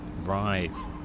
Right